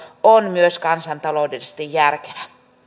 on myös kansantaloudellisesti järkevä